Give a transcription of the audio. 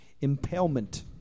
Impalement